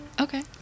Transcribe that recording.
Okay